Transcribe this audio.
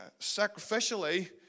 sacrificially